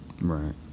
right